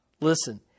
listen